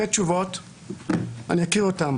התשובה